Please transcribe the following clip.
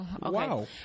Wow